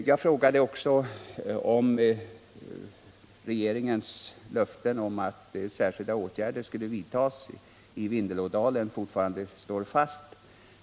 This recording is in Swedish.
Jag frågade också om regeringens löften om att Särskilda åtgärder skulle vidtas i Vindelådalen står fast.